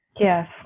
Yes